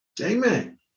Amen